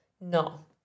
No